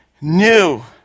new